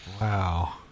Wow